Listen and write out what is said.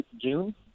June